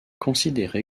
considéré